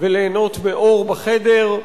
וליהנות מאור בחדר,